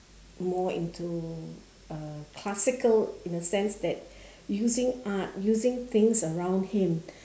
more into uh classical in a sense that using art using things around him